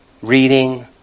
reading